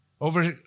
Over